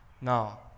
Now